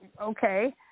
Okay